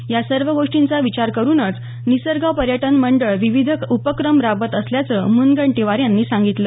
या सर्व गोष्टींचा विचार करूनच निसर्ग पर्यटन मंडळ विविध उपक्रम राबवत असल्याचं मुनगंटीवार यांनी सांगितलं